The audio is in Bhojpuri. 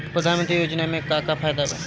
प्रधानमंत्री योजना मे का का फायदा बा?